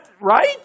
right